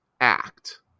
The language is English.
act